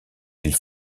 ils